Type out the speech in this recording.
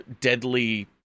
deadly